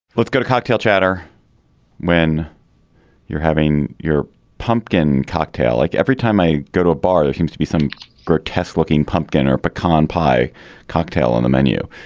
let's go to cocktail chatter when you're having your pumpkin cocktail like every time i go to a bar it seems to be some protests looking pumpkin or pecan pie cocktail on the menu.